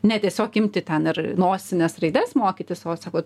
ne tiesiog imti ten ir nosines raides mokytis o sako